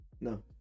No